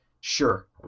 Sure